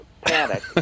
panic